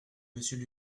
monsieur